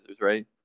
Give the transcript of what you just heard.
right